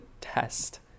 test